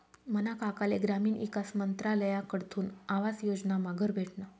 मना काकाले ग्रामीण ईकास मंत्रालयकडथून आवास योजनामा घर भेटनं